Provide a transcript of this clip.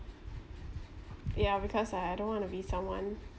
ya because I I don't want to be someone